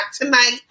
tonight